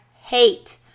hate